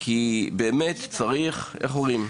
כי איך אומרים?